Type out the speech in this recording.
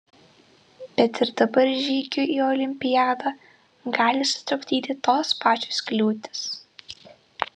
bet ir dabar žygiui į olimpiadą gali sutrukdyti tos pačios kliūtys